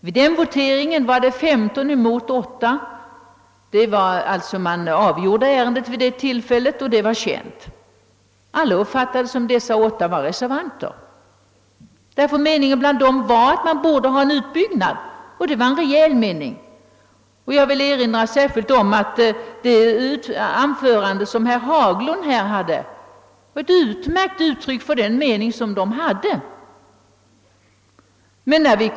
Vid den voteringen röstade 15 för och 8 mot förslaget. Ärendet avgjordes vid det tillfället. Alla uppfattade det som om dessa åtta utskottsledamöter var reservanter; de ville ha en utbyggnad. Det anförande som herr Haglund höll i dag, var ett utmärkt uttryck för den mening, som dessa ledamöter hade.